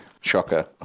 shocker